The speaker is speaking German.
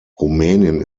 rumänien